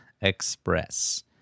express